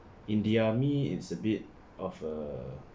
in the army it's a bit of a